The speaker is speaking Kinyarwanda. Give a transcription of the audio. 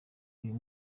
uyu